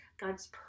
God's